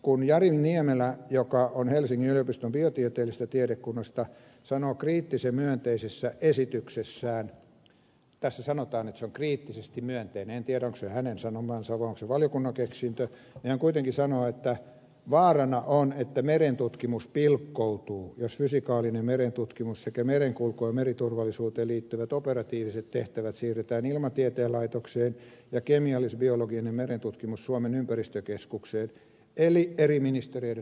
kun jari niemelä joka on helsingin yliopiston biotieteellisestä tiedekunnasta sanoo kriittisen myönteisessä esityksessään tässä sanotaan että se on kriittisesti myönteinen en tiedä onko se hänen sanomansa vai onko se valiokunnan keksintö että on vaarana että merentutkimus pilkkoutuu jos fysikaalinen merentutkimus sekä merenkulkuun ja meriturvallisuuteen liittyvät operatiiviset tehtävät siirretään ilmatieteen laitokseen ja kemiallisbiologinen merentutkimus suomen ympäristökeskukseen eli eri ministeriöiden ohjaukseen